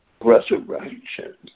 resurrection